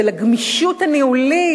של הגמישות הניהולית,